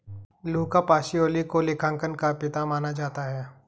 लुका Pacioli को लेखांकन का पिता माना जाता है